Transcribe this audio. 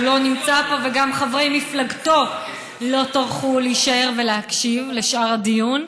הוא לא נמצא פה וגם חברי מפלגתו לא טרחו להישאר ולהקשיב לשאר הדיון,